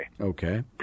Okay